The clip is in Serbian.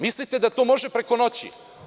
Mislite da to može preko noći.